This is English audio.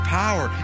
power